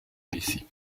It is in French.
ici